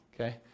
Okay